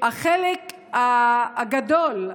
החלק הגדול,